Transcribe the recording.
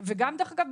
דרך אגב,